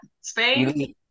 Spain